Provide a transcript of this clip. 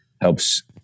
helps